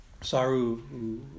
saru